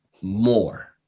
more